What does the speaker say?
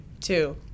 two